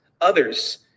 others